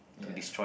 ya